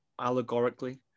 allegorically